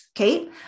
Okay